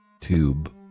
tube